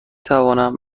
توانم